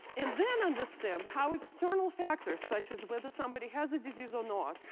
and then understand how external factors such as whether somebody has a disease or not,